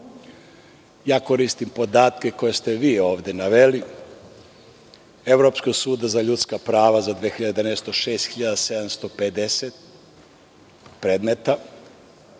koristim podatke koje ste vi ovde naveli Evropskog suda za ljudska prava za 2011. godinu 6.750 predmeta.